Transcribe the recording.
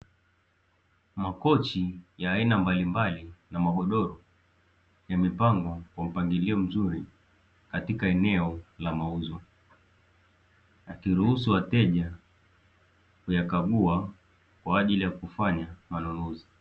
Makochi ya aina mbalimbali na magodoro yamepangwa kwa mpangilio mzuri katika eneo la mauzo, yakiruhusu wateja kuyakagua kwaajili ya kufanya manunuzi.